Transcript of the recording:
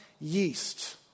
yeast